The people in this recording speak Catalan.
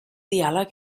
diàleg